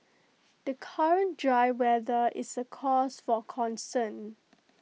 the current dry weather is A cause for concern